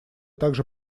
также